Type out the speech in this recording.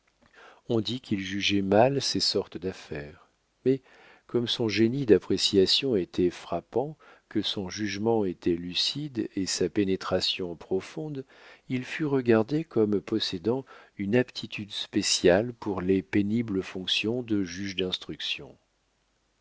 on dit qu'il jugeait mal ces sortes d'affaires mais comme son génie d'appréciation était frappant que son jugement était lucide et sa pénétration profonde il fut regardé comme possédant une aptitude spéciale pour les pénibles fonctions de juge d'instruction